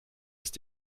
ist